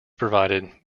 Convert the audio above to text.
provided